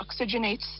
oxygenates